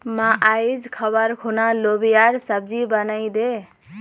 मां, आइज खबार खूना लोबियार सब्जी बनइ दे